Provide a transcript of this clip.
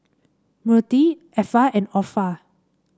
Myrtie Effa and Orpha